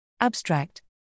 Abstract